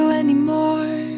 anymore